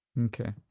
Okay